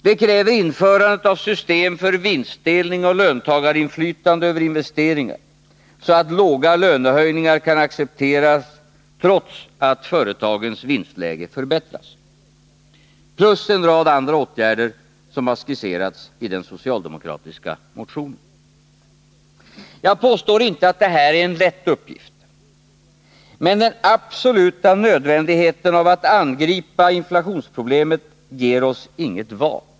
Det kräver införandet av system för vinstfördelning och löntagarinflytande över investeringar, så att låga lönehöjningar kan accepteras trots att företagens vinstläge förbättras. Plus en rad andra åtgärder som har skisserats i den socialdemokratiska motionen. Jag påstår inte att det här är en lätt uppgift. Men den absoluta nödvändigheten av att inflationsproblemet angrips ger oss inget val.